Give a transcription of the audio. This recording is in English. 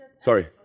sorry